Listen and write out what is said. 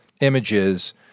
images